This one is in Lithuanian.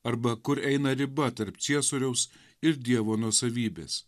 arba kur eina riba tarp ciesoriaus ir dievo nuosavybės